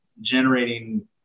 generating